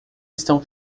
estão